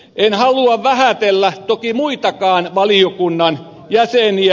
en halua vähätellä toki muitakaan valiokunnan jäseniä